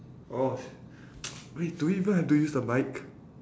oh wait do we even have to use the mic